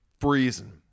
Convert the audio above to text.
Freezing